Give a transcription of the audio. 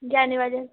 جانے والے